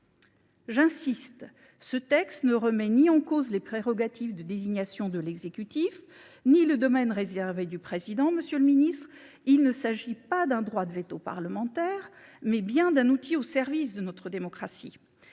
J’insiste, ce texte ne remet en cause ni les prérogatives de désignation de l’exécutif ni le domaine réservé du Président de la République. Monsieur le ministre, il s’agit non pas d’un droit de veto parlementaire, mais bien d’un outil au service de notre démocratie.